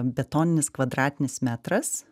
betoninis kvadratinis metras